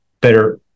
better